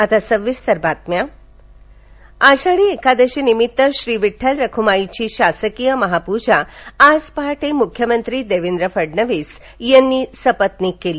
आषाढ वारी सोलापर आषाढी एकादशी निमित्त श्री विठ्ठल रुक्मिणीची शासकीय महापूजा आज पहाटे मुख्यमंत्री देवेंद्र फडणवीस यांनी सपत्नीक केली